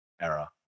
era